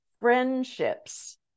friendships